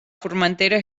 formentera